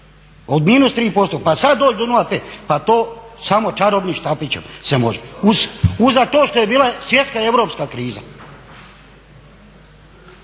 od -3% pa sad doći do 0,5 pa to samo čarobnim štapićem se može. Uza to što je bila svjetska i europska kriza.